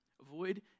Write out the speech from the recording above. avoid